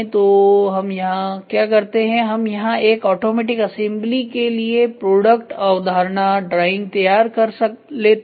तो हम यहां क्या करते हैं यहां हम एक ऑटोमेटिक असेंबली के लिए प्रोडक्ट अवधारणा ड्राइंग तैयार कर लेते हैं